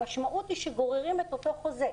המשמעות היא שגוררים את אותו חוזה.